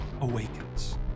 Awakens